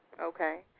Okay